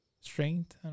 strength